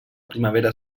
primavera